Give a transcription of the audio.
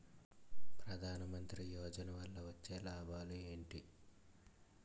ప్రధాన మంత్రి యోజన వల్ల వచ్చే లాభాలు ఎంటి?